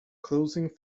closing